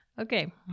Okay